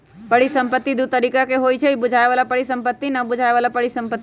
परिसंपत्ति दु तरिका के होइ छइ बुझाय बला परिसंपत्ति आ न बुझाए बला परिसंपत्ति